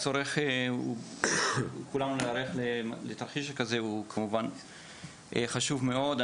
הצורך של כולנו להיערך לתרחיש שכזה הוא כמובן חשוב מאוד.